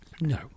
no